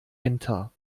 enter